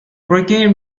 brigade